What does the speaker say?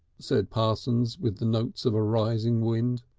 said parsons, with the notes of a rising wind.